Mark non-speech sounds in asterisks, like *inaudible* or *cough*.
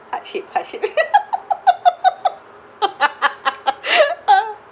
heart shape heart shape *laughs*